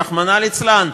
רחמנא ליצלן,